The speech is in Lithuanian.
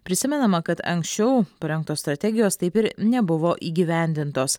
prisimenama kad anksčiau parengtos strategijos taip ir nebuvo įgyvendintos